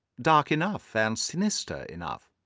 dark enough and sinister enough.